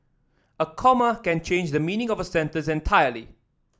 a comma can change the meaning of a sentence entirely